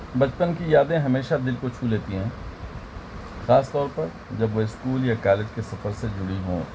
بچپن کی یادیں ہمیشہ دل کو چھو لیتی ہیں خاص طور پر جب وہ اسکول یا کالج کے سفر سے جڑی ہوں